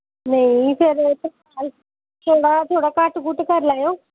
नेईं फिर थोहड़ा थोहड़ा घट्ट घुट्ट करी लैएओ